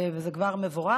וזה כבר מבורך.